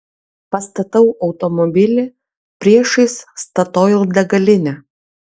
pastatau automobilį priešais statoil degalinę